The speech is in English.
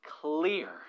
clear